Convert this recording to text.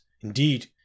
Indeed